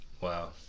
Wow